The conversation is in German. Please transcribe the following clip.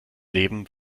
leben